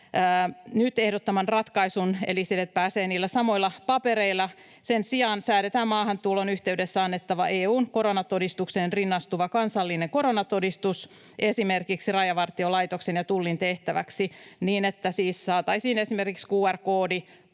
nyt ehdottaman ratkaisun, eli sen, että pääsee niillä samoilla papereilla, sijaan säädetään maahantulon yhteydessä annettava, EU:n koronatodistukseen rinnastuva kansallinen koronatodistus esimerkiksi Rajavartiolaitoksen ja Tullin tehtäväksi niin, että siis saataisiin esimerkiksi